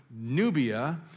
Nubia